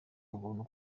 ubuntu